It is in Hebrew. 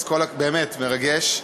באמת, מרגש.